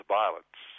violence